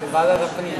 בוועדת הפנים,